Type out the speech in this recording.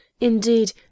Indeed